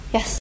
Yes